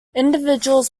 individuals